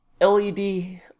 LED